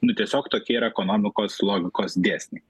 nu tiesiog tokie yra ekonomikos logikos dėsniai